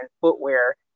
footwear